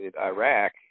Iraq